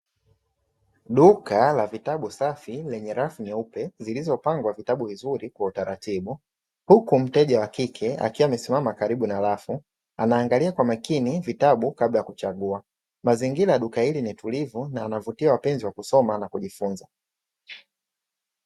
Duka la vitabu safi lenye rafu nyeupe, zilizopangwa vitabu vizuri kwa utaratibu, huku mteja wa kike akiwa amesimama karibu na rafu, anaangalia kwa makini vitabu kabla ya kuchagua. Mazingira duka hili ni tulivu na yanavutia wapenzi wa kusoma na kujifunza.